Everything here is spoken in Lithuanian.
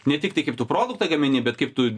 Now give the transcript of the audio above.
ne tik tai kaip tu produktą gamini bet kaip tu